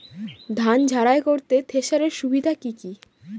ধান ঝারাই করতে থেসারের সুবিধা কি কি?